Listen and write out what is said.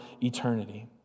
eternity